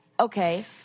Okay